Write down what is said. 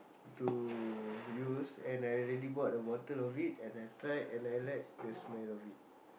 to use and I already bought a bottle of it and I tried and I like the smell of it